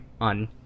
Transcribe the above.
on